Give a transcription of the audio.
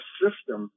system